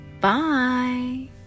Bye